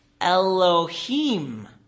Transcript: Elohim